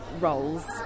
roles